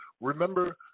remember